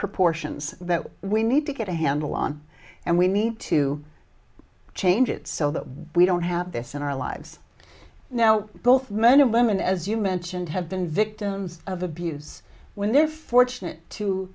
proportions that we need to get a handle on and we need to change it so that we don't have this in our lives now both men and women as you mentioned have been victims of abuse when they're fortunate to